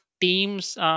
teams